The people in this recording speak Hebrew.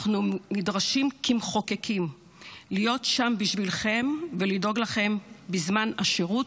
אנחנו נדרשים כמחוקקים להיות שם בשבילכם ולדאוג לכם בזמן השירות,